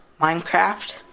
Minecraft